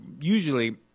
usually